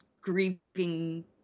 grieving